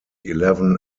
eleven